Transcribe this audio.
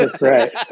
Right